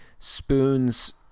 spoon's